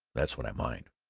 that's what i mind!